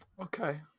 Okay